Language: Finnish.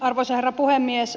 arvoisa herra puhemies